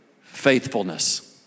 faithfulness